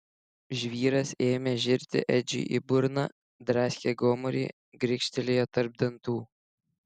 žvyras ėmė žirti edžiui į burną draskė gomurį grikštelėjo tarp dantų